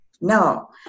No